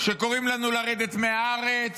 שקוראים לנו לרדת מהארץ,